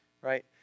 right